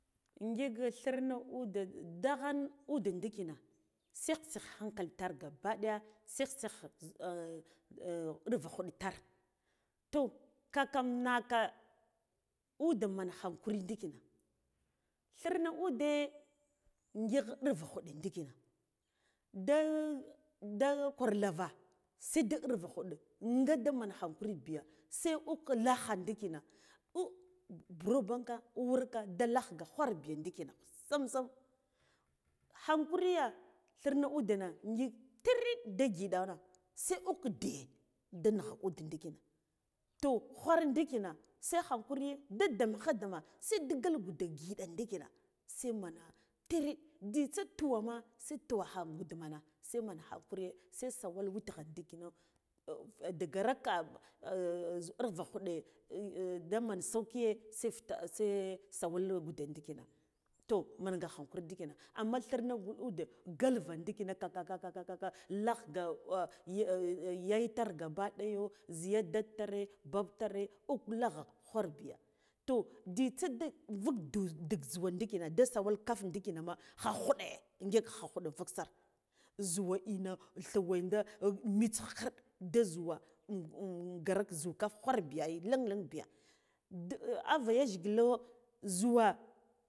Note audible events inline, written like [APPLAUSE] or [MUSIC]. Ngila thirna ude ta nda khan udeh ndikina sh sikh sikh hankali ter gaba daya sikh sikh [HESITATION] urva khuɗ tar toh kakam naka udeh man hankuri ndikina thirna udeh ngigh ɗirva khuɗe ndikina da da kwar lava sadu irva khuɗe nga daman hankuri biya sai uk lakha ndikina uh bura ubanka uwarka da lagh ga ghwarbiya ndikina sam sam hankuriye thirne udena ngila nagh udeh dikina toh ghwari dikina sai hankuri da damekha dama sai digal gude ngiɗana ndikina sai man tiriɗ njitsa tuwama sai tuwakha gudmana sai man hankuri se sawal witga ndikino daga raka zhu urva khude [HESITATION] daman saukiye se fita se sawal ngude ndikina toh manga hankuri ndikina amma thirna udeh ngalva ndikina ka ka ka [LAUGHS] lagh ga yayatar gaba ɗayo zhiya dad tare bab tare uk lagha ghwar biya toh nzitsa dili vuk dus dig zhuwa ndikina da sawal kaf ndikinama khakhuɗe ngik khakhuɗe vug sar zhuwe ina thuwe da mits khikirɗ da zhuwa [HESITATION] gar zhukaf ghwar biya ai langlang biya ava yajgilo zhuwa